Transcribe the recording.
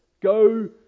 go